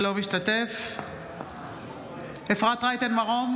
אינו משתתף בהצבעה אפרת רייטן מרום,